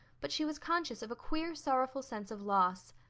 but she was conscious of a queer sorrowful sense of loss.